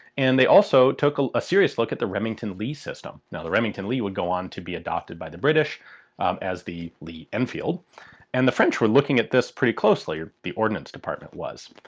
and they also took a serious look at the remington-lee system. now the remington-lee would go on to be adopted by the british as the lee-enfield and the french were looking at this pretty closely, the ordnance department was.